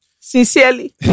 sincerely